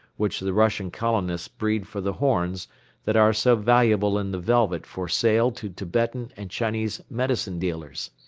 which the russian colonists breed for the horns that are so valuable in the velvet for sale to tibetan and chinese medicine dealers.